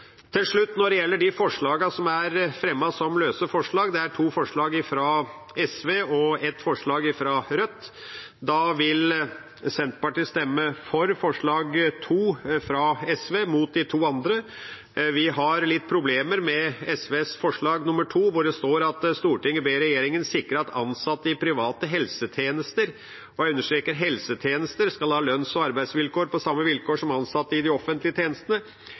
Til slutt: Når det gjelder de løse forslagene som er fremmet, det er to forslag fra SV og ett forslag fra Rødt, vil Senterpartiet stemme for forslag nr. 2, fra SV, og mot de to andre. Vi har litt problemer med SVs forslag nr. 2, hvor det står: «Stortinget ber regjeringen sikre at ansatte i private helsetjenester» – og jeg understreker helsetjenester – «skal ha lønns- og arbeidsvilkår på samme nivå som ansatte i de offentlige tjenestene.»